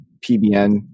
PBN